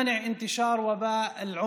שלום לכם ורחמי האל